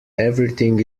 everything